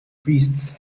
priests